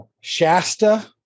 Shasta